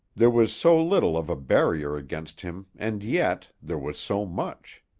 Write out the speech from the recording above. there was so little of a barrier against him and yet there was so much.